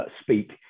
speak